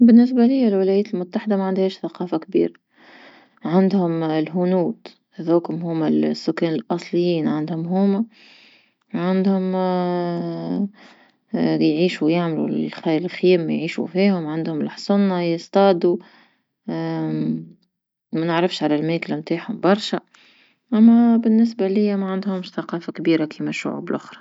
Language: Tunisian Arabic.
بالنسبة ليا للولايات المتحدة ما عندهاش ثقافة كبيرة. عندهم الهنود هذوكا هوما السكان الأصليين عندهم هوما عندهم اللي يعيشو ويعملو لخيم يعيشو فيهم عندهم لحصن يصطادو، ما نعرفش على الماكلة نتاعهم برشا أما بالنسبة ليا ما عندهمش ثقافة كبيرة كيما الشعوب لخرى.